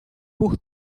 por